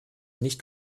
nicht